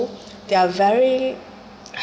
they are very